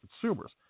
consumers